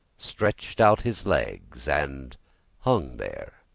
stretched out his legs, and hung there,